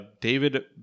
David